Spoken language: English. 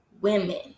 women